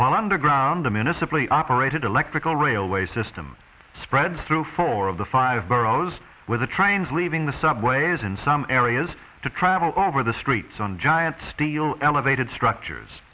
well underground i'm in a simply operated electrical railway system spreads through four of the five boroughs with the trains leaving the subways in some areas to travel over the streets on giant steel elevated structures